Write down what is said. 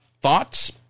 thoughts